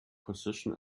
position